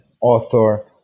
author